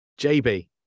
JB